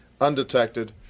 undetected